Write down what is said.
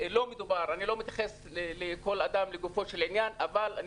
אני לא מתייחס לכל אדם לגופו של עניין, אבל אני